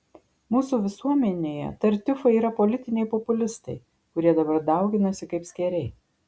mūsų visuomenėje tartiufai yra politiniai populistai kurie dabar dauginasi kaip skėriai